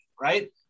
right